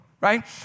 Right